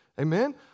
amen